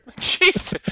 Jesus